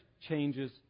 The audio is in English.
changes